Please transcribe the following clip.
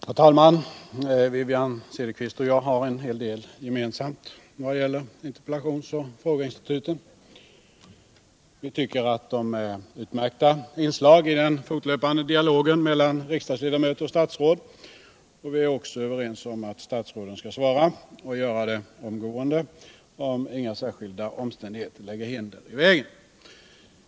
Herr talman! Wivi-Anne Cederqvist och jag har en del gemensamt i vad gäller interpellationsoch frågeinstituten. Vi tycker att de är utmärkta inslag i den fortlöpande dialogen mellan riksdagsledamöter och statsråd, och vi är också överens om att statsråden skall svara och göra det omgående, om inga särskilda omständigheter lägger hinder i vägen.